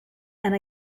and